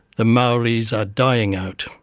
the maoris are dying out,